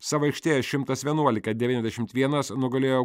savo aikštėje šimtas vienuolika devyniasdešimt vienas nugalėjo